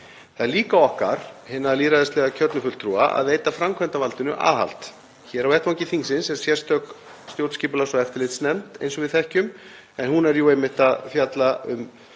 Það er líka okkar, hinna lýðræðislega kjörnu fulltrúa, að veita framkvæmdarvaldinu aðhald. Hér á vettvangi þingsins er sérstök stjórnskipunar- og eftirlitsnefnd, eins og við þekkjum, og hún er einmitt eitt